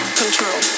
control